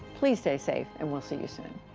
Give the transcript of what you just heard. please stay safe, and we'll see you soon.